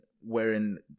wherein